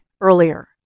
earlier